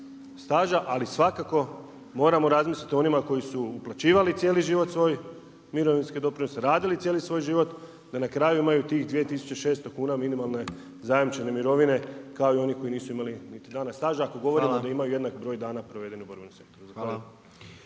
ali svakako moramo razmisliti o onima koji su uplaćivali cijeli život svoj mirovinski doprinose, radili cijeli svoj život da na kraju imaju tih 2 600 kuna minimalne zajamčene mirovine kao i oni koji nisu imali niti dana staža ako govorimo da imaju jednak broj dana provedeni u borbenom sektoru.